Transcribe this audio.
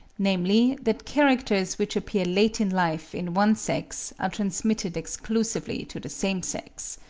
namely, that characters which appear late in life in one sex are transmitted exclusively to the same sex.